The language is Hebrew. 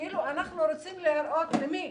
כאילו אנחנו רוצים להראות, למי?